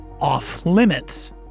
off-limits